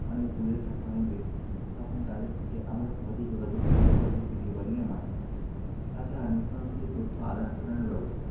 অনেক দূরে থাকে অনেক ব্যক্তি তখন তাদেরকে আমরা সহজে যোগাযোগ করতে পারি ভিডিও কলিংয়ের মাধ্যমে তাছাড়া নিত্য নতুন যে তথ্য আদান প্রদানের ব্যবস্থা